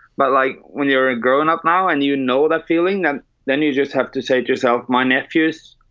but like when you're a grown up now and you know that feeling and then you just have to say to yourself. my nephews.